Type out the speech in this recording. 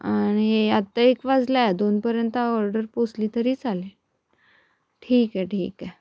आणि आत्ता एक वाजल्या दोनपर्यंत ऑर्डर पोहोचली तरी चालेल ठीक आहे ठीक आहे